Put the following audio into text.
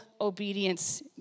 obedience